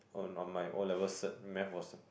on on my O-level cert math was